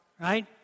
right